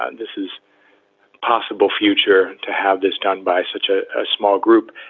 and this is possible future. to have this done by such a ah small group.